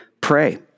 pray